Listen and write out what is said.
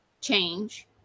change